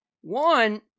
one